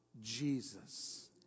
Jesus